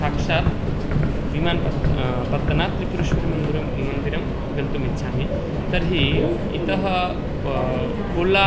साक्षात् व् विमान पत् पत्तनात् त्रिपुरेश्वरीमन्दिरं मन्दिरं गन्तुम् इच्छामि तर्हि इतः ओला